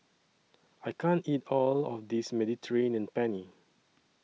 I can't eat All of This Mediterranean Penne